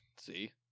See